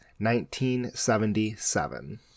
1977